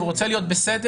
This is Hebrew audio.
הוא רוצה להיות בסדר,